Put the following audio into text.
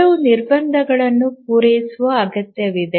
ಕೆಲವು ನಿರ್ಬಂಧಗಳನ್ನು ಪೂರೈಸುವ ಅಗತ್ಯವಿದೆ